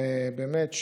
באמת,